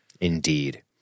Indeed